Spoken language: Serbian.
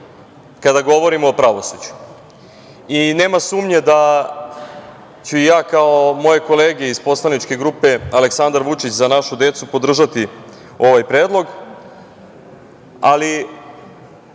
kada govorimo o pravosuđu. Nema sumnje da ću ja kao moje kolege iz poslaničke grupe Aleksandar Vučić – Za našu decu, podržati ovaj predlog, ali